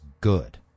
good